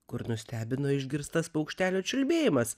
kur nustebino išgirstas paukštelio čiulbėjimas